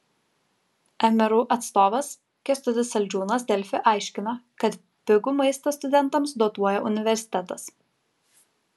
mru atstovas kęstutis saldžiūnas delfi aiškino kad pigų maistą studentams dotuoja universitetas